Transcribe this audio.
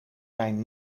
mijn